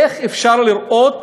איך אפשר לראות